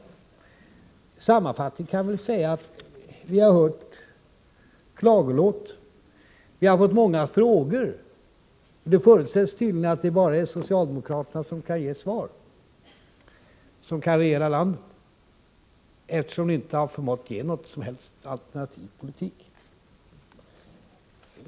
Sammanfattningsvis kan jag säga att vi har hört klagolåt. Vi har fått många frågor. Det förutsätts tydligen att det bara är socialdemokraterna som kan ge svar och som kan regera landet, eftersom ni inte har förmått ange någon som helst alternativ politik.